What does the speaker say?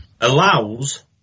allows